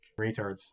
retards